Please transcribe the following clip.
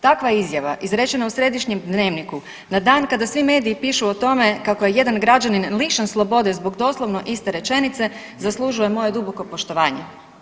Takva izjava izrečena u središnjem Dnevniku na dan kada svi mediji pišu o tome kako je jedan građanin lišen slobode zbog doslovno iste rečenice zaslužuje moje duboko poštovanje.